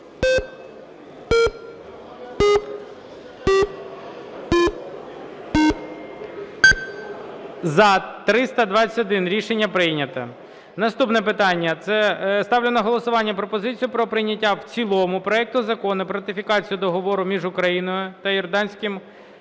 За-321 Рішення прийнято. Наступне питання. Ставлю на голосування пропозицію про прийняття в цілому проекту Закону про ратифікацію Договору між Україною та Йорданським